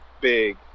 big